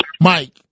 Mike